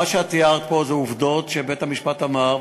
מה שאת תיארת פה זה עובדות שבית-המשפט אמר,